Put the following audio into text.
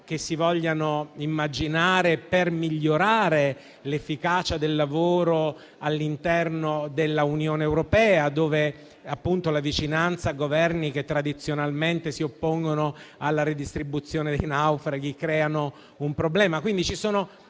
che si vogliono immaginare per migliorare l'efficacia del lavoro all'interno dell'Unione europea, dove, appunto, la vicinanza a Governi che tradizionalmente si oppongono alla ridistribuzione dei naufraghi creano un problema.